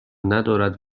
ندارد